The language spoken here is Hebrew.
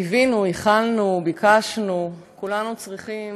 קיווינו, ייחלנו, ביקשנו, כולנו צריכים